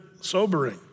sobering